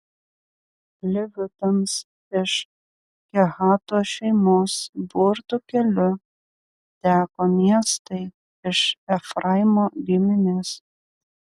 levitams iš kehato šeimos burtų keliu teko miestai iš efraimo giminės